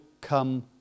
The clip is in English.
come